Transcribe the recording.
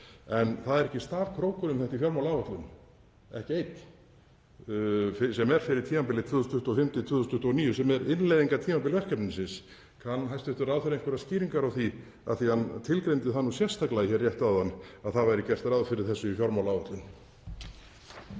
að það er ekki stafkrókur um þetta í fjármálaáætlun, ekki einn, sem er fyrir tímabilið 2025–2029, sem er innleiðingartímabil verkefnisins. Kann hæstv. ráðherra einhverjar skýringar á því af því að hann tilgreindi það sérstaklega hér áðan að gert væri ráð fyrir þessu í fjármálaáætlun?